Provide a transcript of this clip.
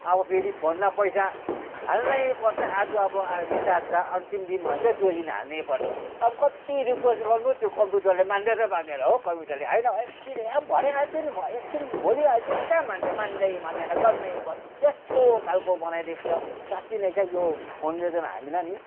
अब फेरि फोनमा पैसा हाल्नै पर्छ आज अब रिचार्ज अन्तिम दिन भन्छ त्यो दिन हाल्नैपर्छ अब कति रिक्वेस्ट गर्नु त्यो कम्प्युटरले मान्दै त मान्दैन हो कम्प्युटरले होइन एकछिन भरे हाल्छु नि एकछिन भोलि हाल्छु नि कहाँ मान्छ मान्दै मान्दैन गर्नै पर्छ यस्तो खालको बनाइदिएको छ साँच्ची नै क्या यो फोनले त हामीलाई नि